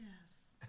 Yes